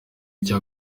icyo